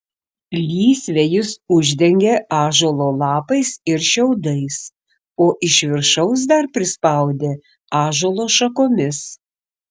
lysvę jis uždengė ąžuolo lapais ir šiaudais o iš viršaus dar prispaudė ąžuolo šakomis